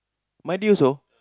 my dear so